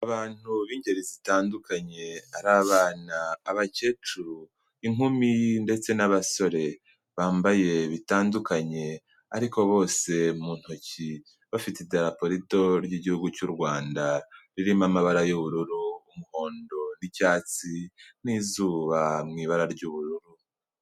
Abantu b'ingeri zitandukanye ari abana, abakecuru, inkumi ndetse n'abasore, bambaye bitandukanye ariko bose mu ntoki bafite Idarapa rito ry'igihugu cy'u Rwanda ririmo amabara y'ubururu, umuhondo n'icyatsi, n'izuba mu ibara ry'ubururu.